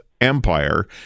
Empire